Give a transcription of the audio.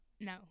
no